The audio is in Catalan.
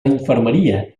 infermeria